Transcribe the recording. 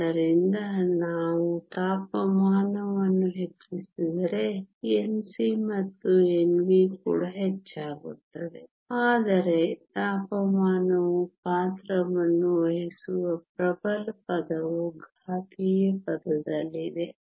ಆದ್ದರಿಂದ ನಾವು ತಾಪಮಾನವನ್ನು ಹೆಚ್ಚಿಸಿದರೆ Nc ಮತ್ತು Nv ಕೂಡ ಹೆಚ್ಚಾಗುತ್ತದೆ ಆದರೆ ತಾಪಮಾನವು ಪಾತ್ರವನ್ನು ವಹಿಸುವ ಪ್ರಬಲ ಪದವು ಘಾತೀಯ ಪದದಲ್ಲಿದೆ